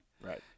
Right